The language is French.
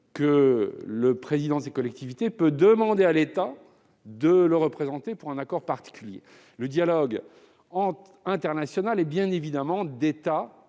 : le président de ces collectivités peut demander à représenter l'État pour un accord particulier. Le dialogue international se fait bien évidemment d'État